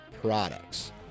products